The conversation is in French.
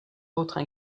autres